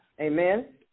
Amen